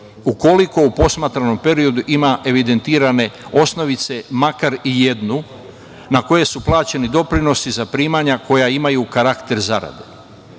ukoliko u posmatranom periodu ima evidentirane osnovice makar i jednu na koje su plaćeni doprinosi za primanja koja imaju karakter zarade. Prema